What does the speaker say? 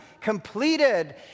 completed